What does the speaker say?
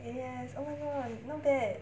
yes oh my god not bad